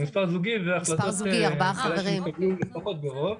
זה מספר זוגי והחלטות כדי שהם יקבלו לפחות ברוב.